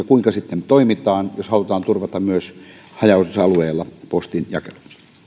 kuinka sitten toimitaan jos halutaan turvata myös haja asutusalueella postin jakelu